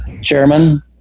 chairman